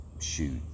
shoot